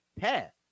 path